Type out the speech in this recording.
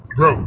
Bro